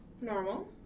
Normal